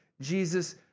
Jesus